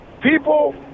People